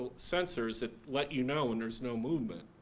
sensors that let you know when there's no movement.